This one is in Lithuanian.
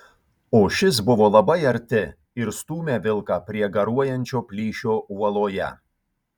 o šis buvo labai arti ir stūmė vilką prie garuojančio plyšio uoloje